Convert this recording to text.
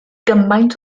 gymaint